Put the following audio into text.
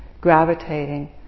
gravitating